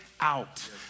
out